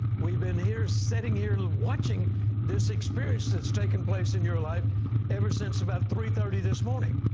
we've been here sitting here watching this experience that's taken place in your life ever since about three thirty this morning.